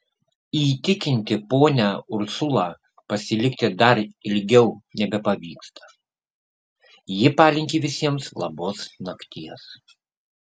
įtikinti ponią ursulą pasilikti dar ilgiau nebepavyksta ji palinki visiems labos nakties